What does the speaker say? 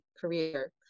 career